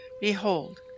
Behold